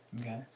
Okay